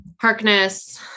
Harkness